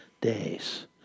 days